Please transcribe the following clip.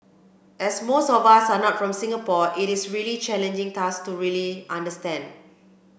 as most of us are not from Singapore it is a really challenging task to really understand